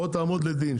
בוא תעמוד לדין,